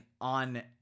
on